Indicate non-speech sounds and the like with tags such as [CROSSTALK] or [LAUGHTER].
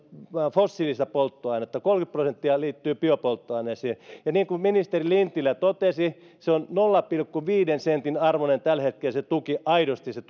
fossiilista polttoainetta kolmekymmentä prosenttia liittyy biopolttoaineisiin ja niin kuin ministeri lintilä totesi se on nolla pilkku viiden sentin arvoinen tällä hetkellä se tuki aidosti se [UNINTELLIGIBLE]